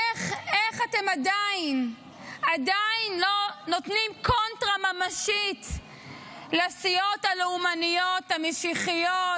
איך אתם עדיין לא נותנים קונטרה ממשית לסיעות הלאומניות המשיחיות,